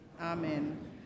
Amen